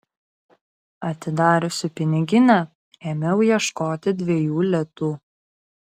atidariusi piniginę ėmiau ieškoti dviejų litų